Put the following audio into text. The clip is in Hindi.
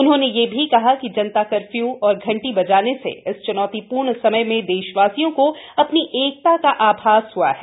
उन्होंने यह भी कहा कि जनता कर्फ्यू और घंटी बजाने से इस च्नौतिपूर्ण समय में देशवासियों को अपनी एकता का आभास हआ है